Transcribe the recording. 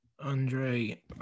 Andre